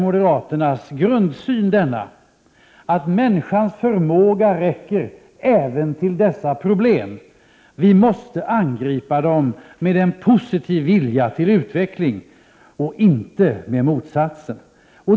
Moderaternas grundsyn är nämligen att människans förmåga räcker även till dessa problem. Vi måste angripa dem med en positiv vilja till utveckling och inte med motsatsen.